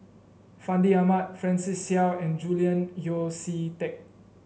Fandi Ahmad Francis Seow and Julian Yeo See Teck